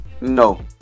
No